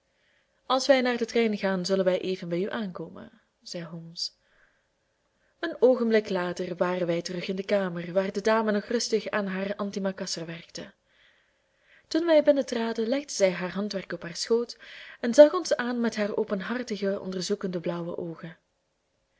als wij naar den trein gaan zullen wij even bij u aankomen zei holmes een oogenblik later waren wij terug in de kamer waar de dame nog rustig aan haar antimacasser werkte toen wij binnentraden legde zij haar handwerk op haar schoot en zag ons aan met haar openhartige onderzoekende blauwe oogen